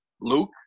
Luke